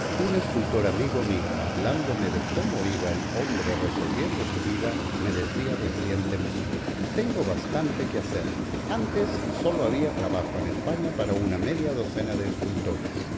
un escultor amigo mío hablándome de cómo iba el hombre resolviendo su vida me decía recientemente tengo bastante que hacer antes sólo había trabajo en españa para una media docena de escultores